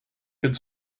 could